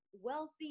wealthy